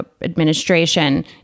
administration